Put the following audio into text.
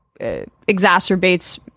exacerbates